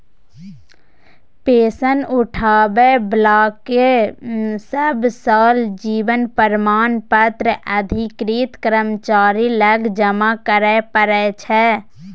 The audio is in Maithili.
पेंशन उठाबै बलाकेँ सब साल जीबन प्रमाण पत्र अधिकृत कर्मचारी लग जमा करय परय छै